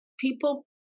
People